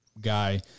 guy